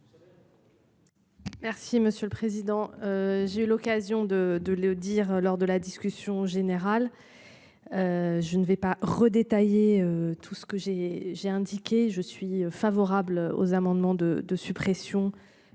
Merci monsieur le président. J'ai eu l'occasion de de le dire lors de la discussion générale. Je ne vais pas redéployer. Tout ce que j'ai, j'ai indiqué, je suis favorable aux amendements de suppression